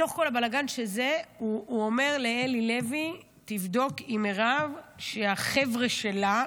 בתוך כל הבלגן הוא אומר לאלי לוי: תבדוק עם מירב שהחבר'ה שלה,